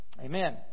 Amen